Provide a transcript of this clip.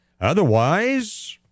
Otherwise